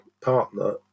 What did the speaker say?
partner